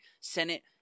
senate